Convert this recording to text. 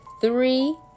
Three